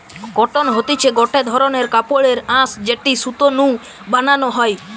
cotton হতিছে গটে ধরণের কাপড়ের আঁশ যেটি সুতো নু বানানো হয়